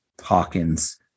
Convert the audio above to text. Hawkins